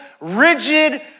rigid